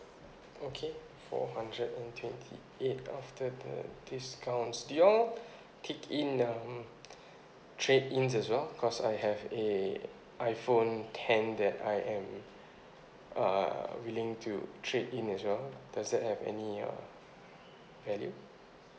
okay four hundred and twenty eight after the discounts do you all take in mm trade ins as well because I have a iphone ten that I am uh willing to trade in as well does that have any uh value